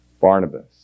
Barnabas